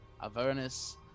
Avernus